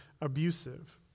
abusive